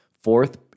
Fourth